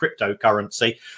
cryptocurrency